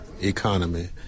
economy